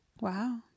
Wow